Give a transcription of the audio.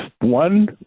one